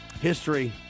history